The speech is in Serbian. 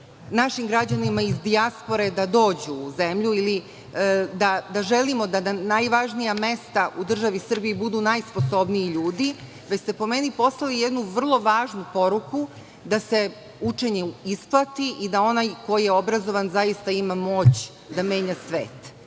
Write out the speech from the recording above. našim građanima iz dijaspore da dođu u zemlju ili da želimo da na najvažnija mesta u državi Srbiji budu najsposobniji ljudi, već ste, po meni, poslali jednu vrlo važnu poruku, da se učenje isplati i da onaj ko je obrazovan zaista ima moć da menja svet,